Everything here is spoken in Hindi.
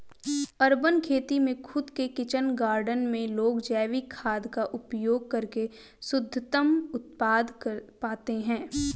अर्बन खेती में खुद के किचन गार्डन में लोग जैविक खाद का उपयोग करके शुद्धतम उत्पाद पाते हैं